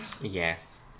Yes